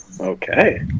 Okay